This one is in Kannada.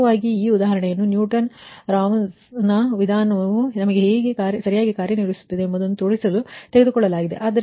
ವಾಸ್ತವವಾಗಿ ಈ ಉದಾಹರಣೆಯನ್ನು ನ್ಯೂಟನ್ ರಾವ್ಸನ್ ವಿಧಾನವು ಹೇಗೆ ಸರಿಯಾಗಿ ಕಾರ್ಯನಿರ್ವಹಿಸುತ್ತದೆ ಎಂಬುದನ್ನು ತೋರಿಸಲು ತೆಗೆದುಕೊಳ್ಳಲಾಗಿದೆ